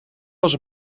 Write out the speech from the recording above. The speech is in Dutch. was